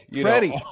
Freddie